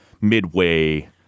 midway